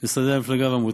במשרדי המפלגה והעמותה.